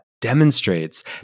demonstrates